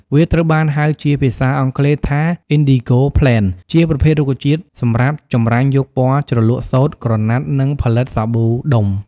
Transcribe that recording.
វាត្រូវបានហៅជាភាសាអង់គ្លេសថា indigo plant ជាប្រភេទរុក្ខជាតិសម្រាប់ចម្រាញ់យកពណ៌ជ្រលក់សូត្រ ក្រណាត់ និងផលិតសាប៊ូដុំ។